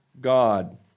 God